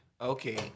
Okay